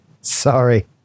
Sorry